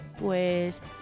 Pues